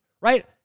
right